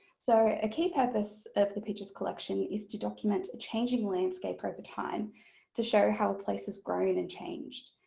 so a key purpose of the pictures collection is to document a changing landscape over time to show how a place has grown and and changed.